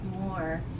more